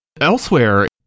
Elsewhere